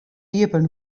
iepen